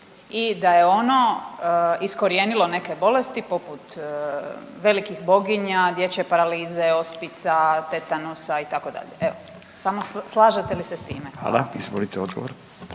i da je ono iskorijenilo neke bolesti poput velikih boginja, dječje paralize, ospica, tetanusa itd., evo samo slažete li se s time? **Radin, Furio